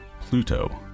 Pluto